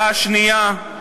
נכון.